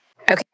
Okay